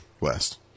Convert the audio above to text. west